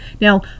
Now